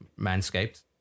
Manscaped